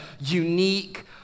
unique